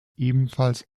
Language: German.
ebenfalls